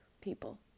people